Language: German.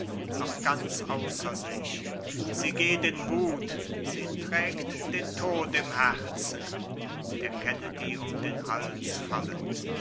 noch ganz außer sich sie geht in wut sie trägt den tod im herzen der kennedy um den hals fallend